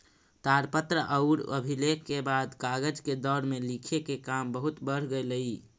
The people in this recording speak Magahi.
ताड़पत्र औउर अभिलेख के बाद कागज के दौर में लिखे के काम बहुत बढ़ गेलई